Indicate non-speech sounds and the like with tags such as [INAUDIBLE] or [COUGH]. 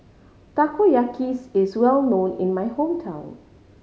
takoyaki [UNINTELLIGIBLE] is well known in my hometown